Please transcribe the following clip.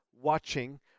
watching